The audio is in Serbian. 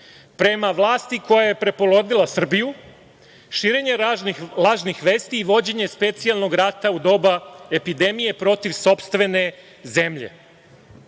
prema vlasti koja je prepolovila Srbiju, širenje lažnih vesti i vođenje specijalnog rata u doba epidemije protiv sopstvene zemlje.